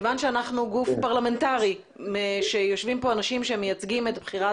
כיוון שאנחנו גוף פרלמנטרי ויושבים כאן אנשים שהם